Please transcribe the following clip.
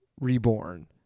Reborn